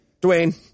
Dwayne